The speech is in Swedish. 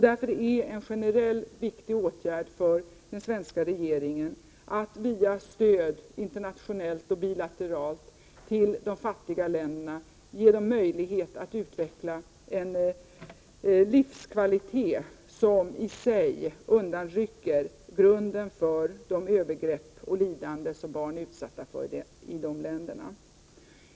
Därför är en generell viktig åtgärd för den svenska regeringen att via stöd, internationellt och bilateralt, till de fattiga länderna ge dem möjlighet att utveckla en livskvalitet som i sig undanrycker grunden för de övergrepp och lidanden som barn är utsatta för i de länderna.